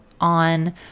on